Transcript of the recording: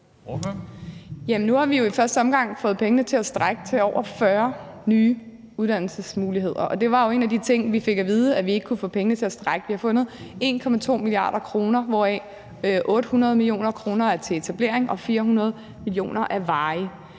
Nu har vi jo i første omgang fået pengene til at strække til over 40 nye uddannelsesmuligheder. Og det var en af de ting, vi fik at vide at vi ikke kunne få pengene til at strække til. Vi har fundet 1,2 milliarder kr., hvoraf 800 mio. kr. er til etablering, og 400 mio. kr. er varigt.